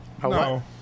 Hello